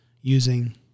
using